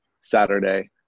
Saturday